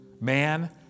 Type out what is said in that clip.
Man